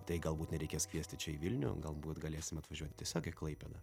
tai galbūt nereikės kviesti čia į vilnių galbūt galėsim atvažiuoti tiesiog į klaipėdą